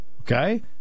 Okay